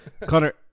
Connor